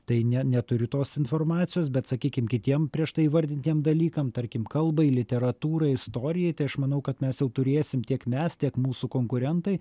tai ne neturiu tos informacijos bet sakykim kitiem prieš tai įvardintiem dalykam tarkim kalbai literatūrai istorijai tai aš manau kad mes jau turėsim tiek mes tiek mūsų konkurentai